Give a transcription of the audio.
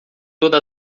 toda